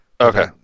Okay